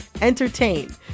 entertain